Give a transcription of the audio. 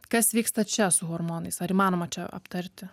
kas vyksta čia su hormonais ar įmanoma čia aptarti